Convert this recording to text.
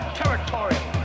territory